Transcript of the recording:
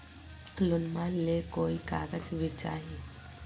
लोनमा ले कोई कागज भी चाही?